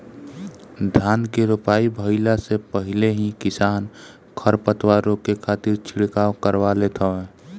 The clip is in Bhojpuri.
धान के रोपाई भइला से पहिले ही किसान खरपतवार रोके खातिर छिड़काव करवा लेत हवे